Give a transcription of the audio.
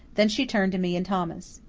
then she turned to me and thomas.